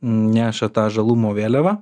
neša tą žalumo vėliavą